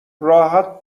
راحت